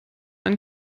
ein